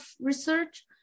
research